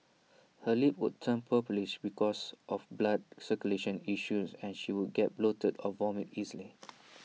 her lips would turn purplish because of blood circulation issues and she would get bloated or vomit easily